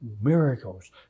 miracles